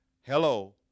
Hello